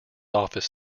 office